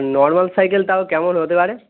normal cycle তাও কেমন হতে পারে